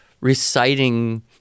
reciting